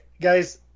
guys